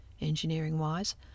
engineering-wise